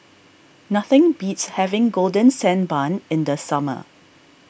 nothing beats having Golden Sand Bun in the summer